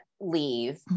leave